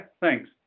thanks